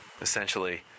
essentially